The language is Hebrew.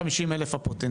250,000 הפוטנציאל.